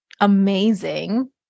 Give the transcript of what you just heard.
amazing